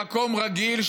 במקום רגיל,